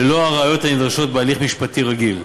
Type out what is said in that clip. ללא הראיות הנדרשות בהליך משפטי רגיל.